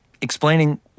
explaining